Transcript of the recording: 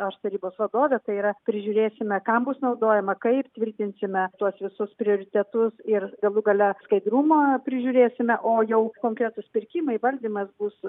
aš tarybos vadovė tai yra prižiūrėsime kam bus naudojama kaip tvirtinsime tuos visus prioritetus ir galų gale skaidrumą prižiūrėsime o jau konkretūs pirkimai valdymas bus